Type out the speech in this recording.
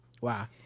Wow